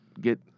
get